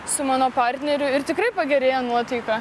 su mano partneriu ir tikrai pagerėja nuotaika